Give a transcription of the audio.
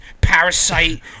Parasite